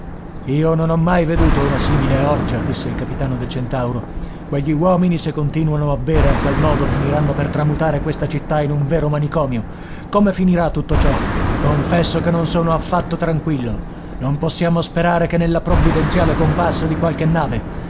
io non ho mai veduto una simile orgia disse il capitano del centauro quegli uomini se continuano a bere a quel modo finiranno per tramutare questa città in un vero manicomio come finirà tutto ciò confesso che non sono affatto tranquillo non possiamo sperare che nella provvidenziale comparsa di qualche nave